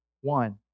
One